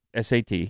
SAT